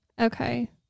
Okay